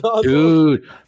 Dude